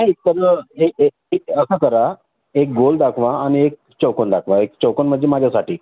नाही तर एक एक एक असं करा एक गोल दाखवा आणि एक चौकन दाखवा एक चौकन म्हणजे माझ्यासाठी